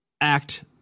act